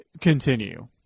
continue